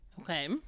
Okay